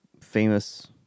famous